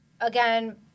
Again